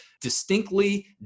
distinctly